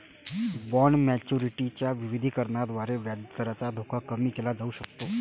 bond maturity च्या विविधीकरणाद्वारे व्याजदराचा धोका कमी केला जाऊ शकतो